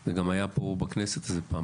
זה גם היה פה בכנסת איזו פעם,